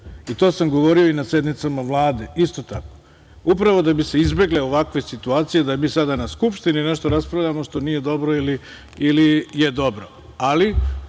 i to sam govorio i na sednicama Vlade, isto tako, upravo da bi se izbegle ovakve situacije da mi sada na Skupštini nešto raspravljamo što nije dobro ili je